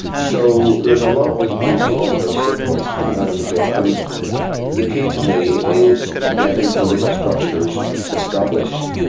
so there's a lot of really good, positive signals coming out of the place. and the key to me is getting political structures established,